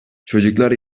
çocuklar